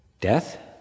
Death